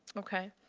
okay.